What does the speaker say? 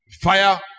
fire